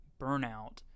burnout